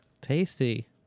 Tasty